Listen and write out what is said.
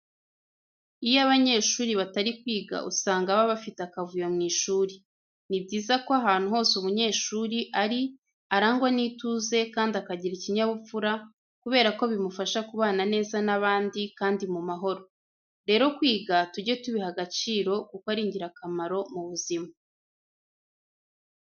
Iyo abanyeshuri batari kwiga usanga baba bafite akavuyo mu ishuri. Ni byiza ko ahantu hose umunyeshuri ari arangwa n'ituze kandi akagira ikinyabupfura kubera ko bimufasha kubana neza n'abandi, kandi mu mahoro. Rero kwiga tujye tubiha agaciro kuko ari ingirakamaro mu buzima.